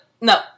No